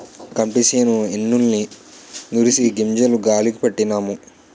గంటిసేను ఎన్నుల్ని నూరిసి గింజలు గాలీ పట్టినాము